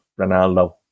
Ronaldo